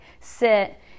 sit